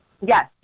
Yes